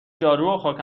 جاروخاک